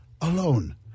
alone